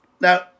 Now